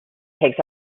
takes